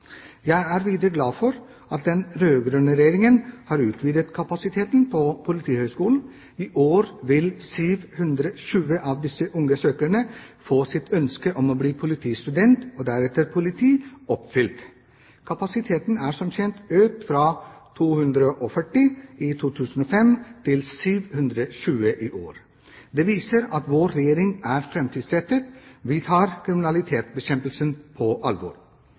Jeg er videre glad for at den rød-grønne regjeringen har utvidet kapasiteten på Politihøgskolen. I år vil 720 av disse unge søkerne få sitt ønske om å bli politistudenter, og deretter politi, oppfylt. Kapasiteten er som kjent økt fra 240 i 2005 til 720 i år. Det viser at vår regjering er framtidsrettet, og at vi tar kriminalitetsbekjempelsen på alvor.